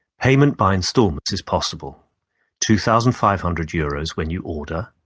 payment by installments is possible two thousand five hundred euros when you order,